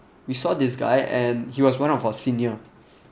we saw this guy and he was one of our senior